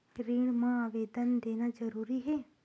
ऋण मा आवेदन देना जरूरी हे?